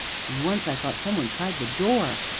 and once i thought some one tried the door.